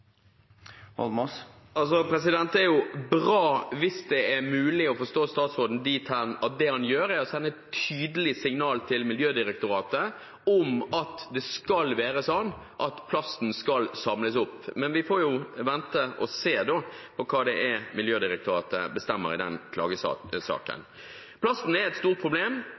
Det er bra hvis det er mulig å forstå statsråden dit hen at det han gjør, er å sende et tydelig signal til Miljødirektoratet om at det skal være slik at plasten skal samles opp. Men vi får vente og se hva det er Miljødirektoratet bestemmer i den klagesaken. Plasten er et stort problem.